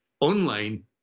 Online